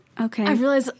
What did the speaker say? Okay